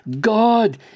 God